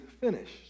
finished